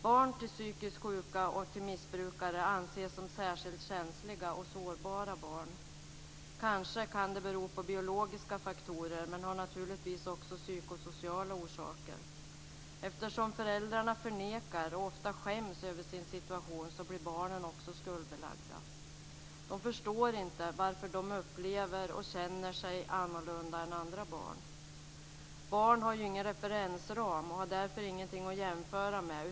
Barn till psykiskt sjuka och till missbrukare anses som särskilt känsliga och sårbara barn. Kanske kan det bero på biologiska faktorer men har naturligtvis också psykosociala orsaker. Eftersom föräldrarna förnekar och ofta skäms över sin situation blir barnen också skuldbelagda. De förstår inte varför de upplever och känner sig annorlunda än andra barn. Barn har ju ingen referensram och har därför ingenting att jämföra med.